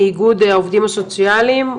מאגוד העובדים הסוציאליים,